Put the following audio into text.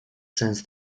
sens